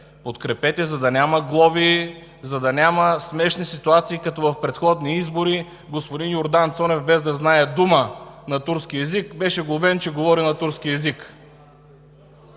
подкрепете, за да няма глоби, за да няма смешни ситуации като в предходни избори – господин Йордан Цонев, без да знае дума на турски език, беше глобен, че говори на турски език